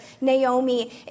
Naomi